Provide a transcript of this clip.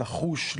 לחוש,